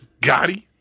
Gotti